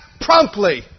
promptly